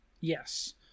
Yes